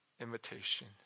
invitation